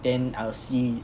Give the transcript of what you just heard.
then I will see